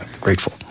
grateful